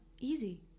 Easy